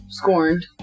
scorned